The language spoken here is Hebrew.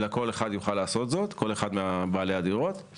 אלא, כל אחד מבעלי הדירות יוכל לעשות זאת